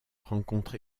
rencontre